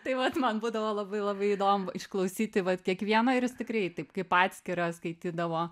tai vat man būdavo labai labai įdomu išklausyti vat kiekvieną ir jis tikrai taip kaip atskirą skaitydavo